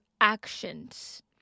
actions